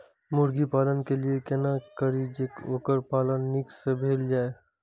मुर्गी पालन के लिए केना करी जे वोकर पालन नीक से भेल जाय?